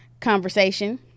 conversation